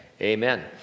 amen